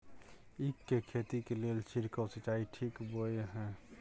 ईख के खेती के लेल छिरकाव सिंचाई ठीक बोय ह?